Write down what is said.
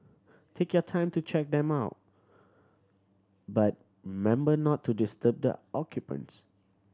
take your time to check them out but member not to disturb the occupants